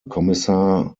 kommissar